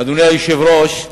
אדוני היושב-ראש,